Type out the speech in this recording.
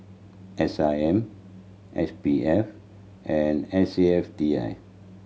S I M S P F and S A F T I